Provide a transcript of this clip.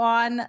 on